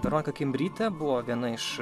kimbrytė buvo viena iš